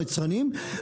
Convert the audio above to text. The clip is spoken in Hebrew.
היצרניים,